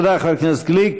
תודה, חבר הכנסת גליק.